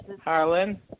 Harlan